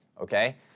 Okay